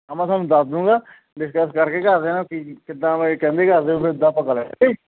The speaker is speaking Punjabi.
ਹਾਂ ਮੈਂ ਤੁਹਾਨੂੰ ਦੱਸ ਦੂੰਗਾ ਡਿਸਕਸ ਕਰਕੇ ਘਰਦਿਆਂ ਨਾਲ ਕਿੱਦਾਂ ਬੇ ਕਹਿੰਦੇ ਘਰਦੇ ਫਿਰ ਉੱਦਾਂ ਆਪਾਂ ਕਰਾਂਗੇ